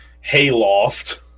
hayloft